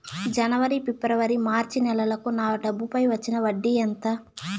జనవరి, ఫిబ్రవరి, మార్చ్ నెలలకు నా డబ్బుపై వచ్చిన వడ్డీ ఎంత